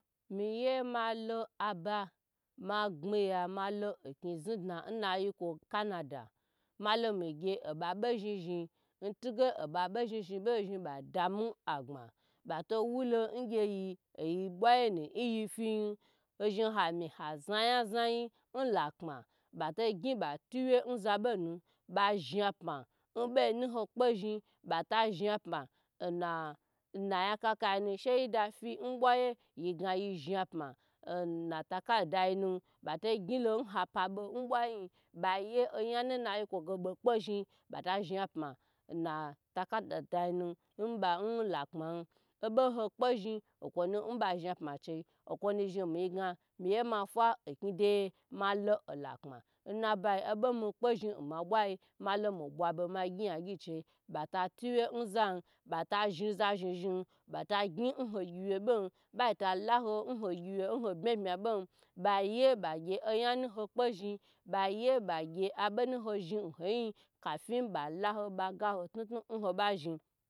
Meye malo aba mabyiya malo oknyi znidna n nayiko canada malo megyi oba bo zhin zhin n tuge obabo zhin zhin zhin kwa dama gbma bato wulo n gyiye a yiboye n yefiyi hozhin hami hazna nye zanyi n lakpma mato gyi matu fyi n zabonu bozhin pma n bonu n ho kpazhin bata zhinpma n naya kakai nu shaida fi n boye yigna yizhin pma na takai danu takatar dainu n bo n lakpma'n obo hokpo zhin okonu n bazhin apma chi okonu zhin meyi gna meyi mafa onyi degyi malo olakpma n nabayi obo mekpo zhin malo mebwa bo megyi yagyi n chi bota tiwyi n zhan bata zhin za zhin zhin bata gnyi n ho gyiwyi bo bata laho n hogyiwyi n hobmya bmyabon baye bagyi onye nu hokpo zhin baye bagye onye nu hozhin n hogyin kafyin balaho ba gaho knuknu hobazhin.